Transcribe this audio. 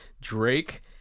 drake